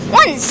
one